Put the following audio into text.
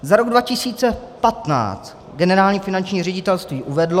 Za rok 2015 Generální finanční ředitelství uvedlo...